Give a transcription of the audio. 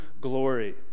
glory